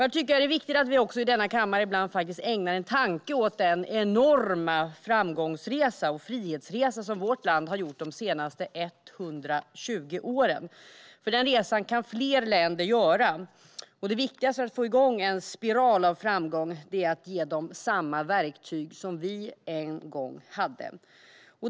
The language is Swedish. Jag tycker att det är viktigt att vi i denna kammare ibland också ägnar en tanke åt den enorma framgångsresa och frihetsresa som vårt land har gjort de senaste 120 åren, eftersom fler länder kan göra den resan. Det viktigaste för att få igång en spiral av framgång är att ge dessa länder samma verktyg som vi en gång hade.